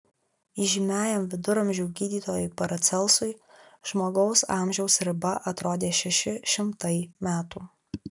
įžymiajam viduramžių gydytojui paracelsui žmogaus amžiaus riba atrodė šeši šimtai metų